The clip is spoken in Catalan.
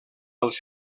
dels